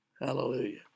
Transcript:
Hallelujah